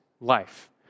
life